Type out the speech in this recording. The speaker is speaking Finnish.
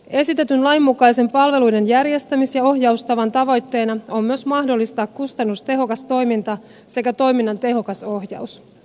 esitetyn lain mukaisen palveluiden järjestämis ja ohjaustavan tavoitteena on myös mahdollistaa kustannustehokas toiminta sekä toiminnan tehokas ohjaus